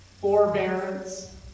forbearance